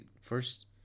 First